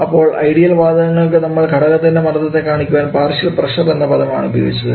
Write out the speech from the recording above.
അപ്പോൾ ഐഡിയൽ വാതകങ്ങൾക്ക് നമ്മൾ ഘടകത്തിൻറെ മർദ്ദത്തെ കാണിക്കുവാൻ പാർഷ്യൽ പ്രഷർ എന്ന പദമാണ് ഉപയോഗിച്ചത്